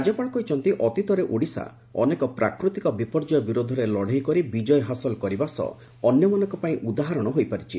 ରାଜ୍ୟପାଳ କହିଛନ୍ତି ଅତୀତରେ ଓଡ଼ିଶା ଅନେକ ପ୍ରାକୃତିକ ବିପର୍ଯ୍ୟୟ ବିରୋଧରେ ଲଢ଼େଇ କରି ବିଜୟ ହାସଲ କରିବା ସହ ଅନ୍ୟମାନଙ୍କ ପାଇଁ ଉଦାହରଣ ହୋଇପାରିଛି